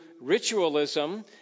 ritualism